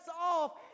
off